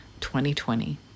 2020